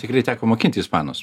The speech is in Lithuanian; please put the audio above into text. tikrai teko mokinti ispanus